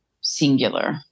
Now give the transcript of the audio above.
singular